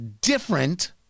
different